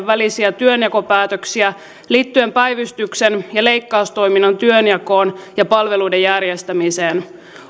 välisiä työnjakopäätöksiä liittyen päivystyksen ja leikkaustoiminnan työnjakoon ja palveluiden järjestämiseen